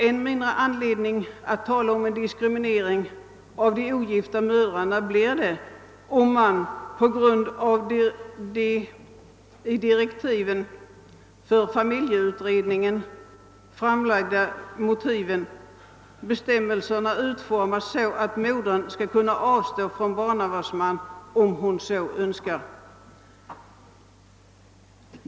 Än mindre anledning att tala om diskriminering av de ogifta mödrarna får man, om bestämmelserna i enlighet med de i direktiven för familjeutredningen framlagda motiven utformas så att modern kan avstå från barnavårdsman kom hon önskar.